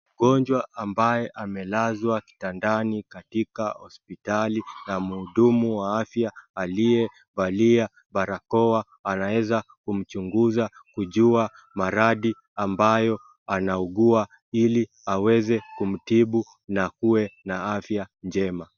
Mgonjwa ambaye amelazwa kitandani katika hospitali ya mhudumu wa afya aliyevalia barakoa anaweza kumchuguza kujua maradi abayo anaugua ili aweze kumtibu na akue na afya njema.